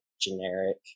generic